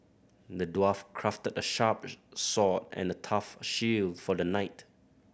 the dwarf crafted a sharp sword and a tough shield for the knight